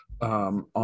on